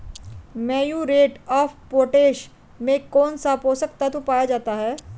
Muriate of potash में कौन सा पोषक तत्व पाया जाता है?